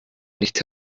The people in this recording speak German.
nicht